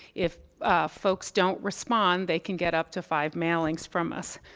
if folks don't response they can get up to five mailings from us.